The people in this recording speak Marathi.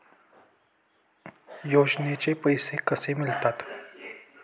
योजनेचे पैसे कसे मिळतात?